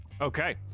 Okay